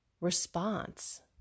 response